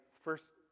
first